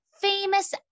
Famous